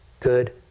Good